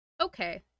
okay